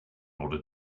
order